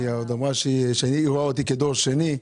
היא אמרה שהיא רואה אותי כדור שני.